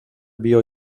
vio